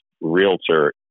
realtor